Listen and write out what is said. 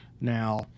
Now